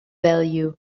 value